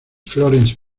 florence